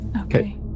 Okay